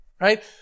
right